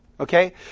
Okay